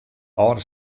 âlde